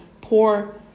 poor